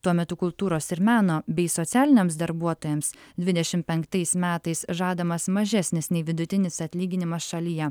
tuo metu kultūros ir meno bei socialiniams darbuotojams dvidešimt penktais metais žadamas mažesnis nei vidutinis atlyginimas šalyje